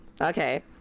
Okay